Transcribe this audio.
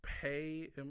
pay